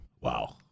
Wow